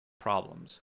problems